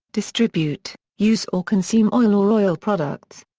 distribute, use or consume oil or oil products.